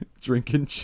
Drinking